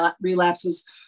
relapses